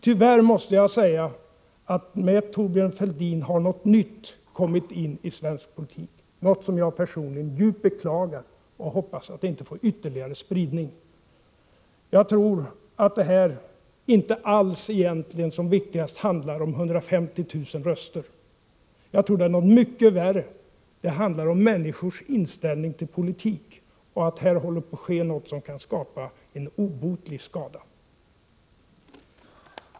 Tyvärr måste jag säga att med Thorbjörn Fälldin har något nytt kommit in i svensk politik, något som jag personligen djupt beklagar, och jag hoppas att det inte får ytterligare spridning. Jag tror att det här inte alls egentligen som viktigast handlar om 150 000 röster, jag tror att det är mycket värre: det handlar om människors inställning till politik. Här håller på att ske något som kan vålla en obotlig skada.